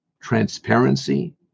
transparency